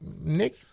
Nick